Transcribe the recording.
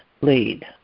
lead